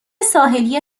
ساحلی